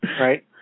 Right